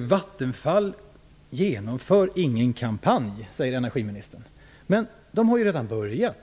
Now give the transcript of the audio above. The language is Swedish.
Vattenfall genomför ingen kampanj, säger energiministern. Men man har ju redan börjat.